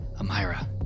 Amira